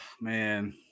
Man